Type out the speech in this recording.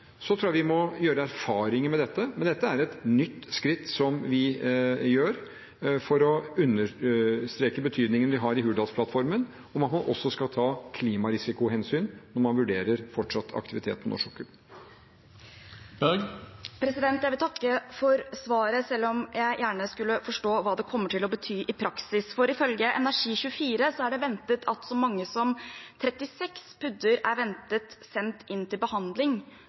Jeg tror vi må gjøre oss erfaringer med dette, men dette er et nytt skritt vi tar for å understreke betydningen av det vi har i Hurdalsplattformen om at man også skal ta klimarisikohensyn når man vurderer fortsatt aktivitet på norsk sokkel. Jeg vil takke for svaret selv om jeg gjerne skulle forstå hva det kommer til å bety i praksis. Ifølge Energi24.no er det ventet at så mange som 36 PUD-er er ventet sendt inn til behandling